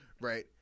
right